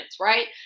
right